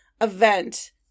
event